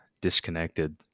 disconnected